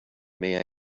may